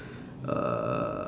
uh